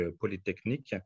Polytechnique